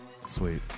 sweet